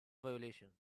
violation